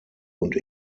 und